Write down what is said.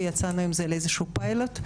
ויצאנו עם זה לאיזשהו פיילוט,